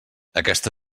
aquesta